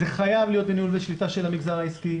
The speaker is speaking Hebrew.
זה חייב להיות בניהול ושליטה של המגזר העסקי,